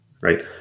right